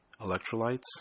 electrolytes